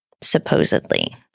supposedly